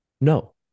No